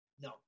no